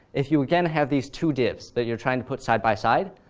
if you, again, have these two divs that you're trying to put side by side,